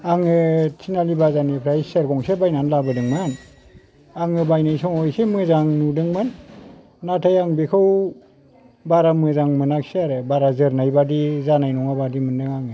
आङो तिनालि बाजारनिफ्राय सियार गंसे बायनानै लाबोदोंमोन आङो बायनाय समाव एसे मोजां नुदोंमोन नाथाय आं बिखौ बारा मोजां मोनाखिसै आरो बारा जोरनाय बायदि जानाय नङा बायदि मोनदों आङो